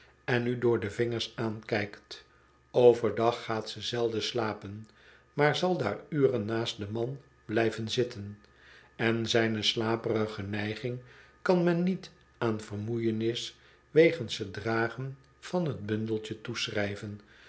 en u door de vingers aankijkt over dag gaat zo zelden slapen maar zal daar uren naast den man blijven zitten en zijne slaperige neiging kan men niet aan vermoeienis wegens t dragen van t bundeltje